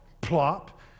plop